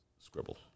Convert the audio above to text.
Scribble